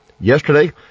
Yesterday